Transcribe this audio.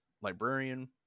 librarian